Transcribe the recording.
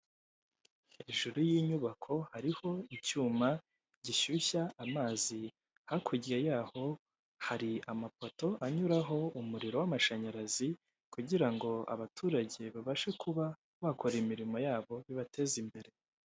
Hejuru y'inyubako hariho icyuma gishyushya amazi, hakurya yaho hari amapoto anyuraho umuriro w'amashanyarazi, kugirango abaturage babashe kuba bakora imirimo yabo bibateza imbere.